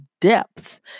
depth